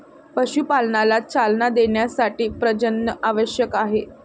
पशुपालनाला चालना देण्यासाठी प्रजनन आवश्यक आहे